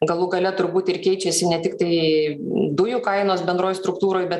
galų gale turbūt ir keičiasi ne tik tai dujų kainos bendroj struktūroj bet